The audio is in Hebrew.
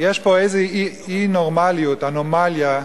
שיש פה איזה אי-נורמליות, אנומליה,